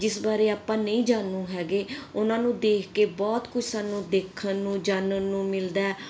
ਜਿਸ ਬਾਰੇ ਆਪਾਂ ਨਹੀਂ ਜਾਣੂ ਹੈਗੇ ਉਹਨਾਂ ਨੂੰ ਦੇਖ ਕੇ ਬਹੁਤ ਕੁਝ ਸਾਨੂੰ ਦੇਖਣ ਨੂੰ ਜਾਨਣ ਨੂੰ ਮਿਲਦਾ